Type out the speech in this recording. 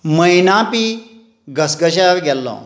मैनापी घसघश्यार गेल्लो